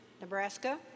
Nebraska